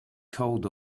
called